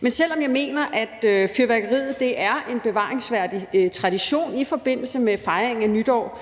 Men selv om jeg mener, at fyrværkeriet er en bevaringsværdig tradition i forbindelse med fejringen af nytår